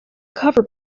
cover